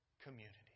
community